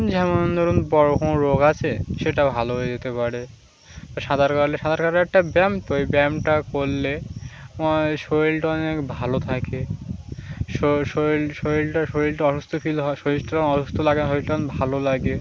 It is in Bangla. যেমন ধরুন বড় কোনো রোগ আছে সেটা ভালো হয়ে যেতে পারে সাঁতার কাটলে সাঁতার কাটা একটা ব্যায়াম তো ওই ব্যায়ামটা করলে শরীরটা অনেক ভালো থাকে শরীর শরীরটা শরীরটা অসুস্থ ফিল হয় শরীরটা অসুস্থ লাগে না শরীরটা ভালো লাগে